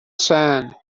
sand